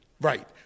Right